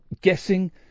guessing